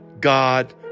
God